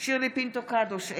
שירלי פינטו קדוש,